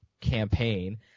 campaign